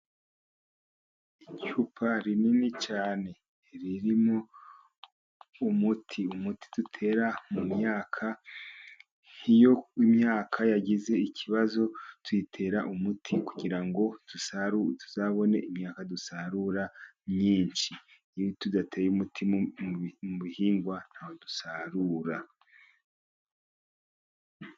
Icupa rinini cyane ririmo umuti, umuti dutera mu myaka, iyo imyaka yagize ikibazo tuyitera umuti, kugira ngo dusarure, tuzabone imyaka dusarura myinshi. Iyo tudateye umuti mu bihingwa, ntabwo dusarura.